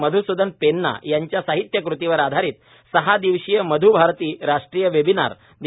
मध्सूदन पेन्ना यांच्या साहित्यकृतींवर आधारित सहादिवसीय मध्भारती राष्ट्रीय वेबिनार दि